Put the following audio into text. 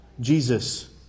Jesus